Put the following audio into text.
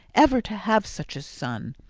ever to have such a son.